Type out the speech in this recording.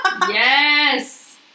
yes